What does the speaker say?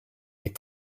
est